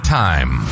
time